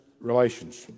Relations